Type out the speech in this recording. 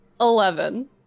Eleven